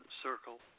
circle